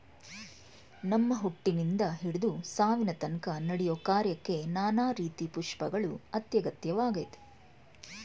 ನಮ್ಮ ಹುಟ್ಟಿನಿಂದ ಹಿಡ್ದು ಸಾವಿನತನ್ಕ ನಡೆಯೋ ಕಾರ್ಯಕ್ಕೆ ನಾನಾ ರೀತಿ ಪುಷ್ಪಗಳು ಅತ್ಯಗತ್ಯವಾಗಯ್ತೆ